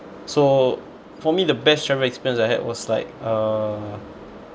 so for me the best travel experience I had was like uh